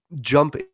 jump